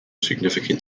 significant